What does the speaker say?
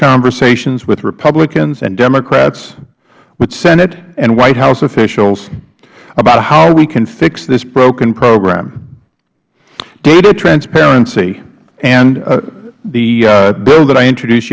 conversations with republicans and democrats with senate and white house officials about how we can fix this broken program data transparency and the bill that i introduced